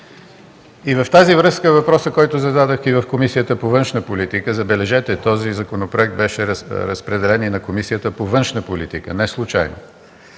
В тази връзка е въпросът, който зададох и в Комисията по външна политика и отбрана. Забележете, този законопроект беше разпределен и на Комисията по външна политика – неслучайно.